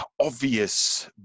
obvious